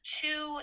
two